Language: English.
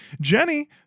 Jenny